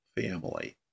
family